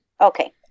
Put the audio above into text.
Okay